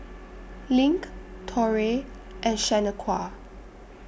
LINK Torrey and Shanequa